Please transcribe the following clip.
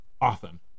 often